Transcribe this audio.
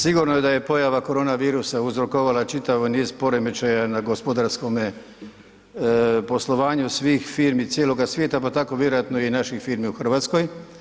Sigurno je da je pojava korona virusa uzrokovala čitavi niz poremećaja na gospodarskome poslovanju svih firmi cijeloga svijeta, pa tako vjerojatno i naših firmi u Hrvatskoj.